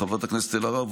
חברת הכנסת אלהרר,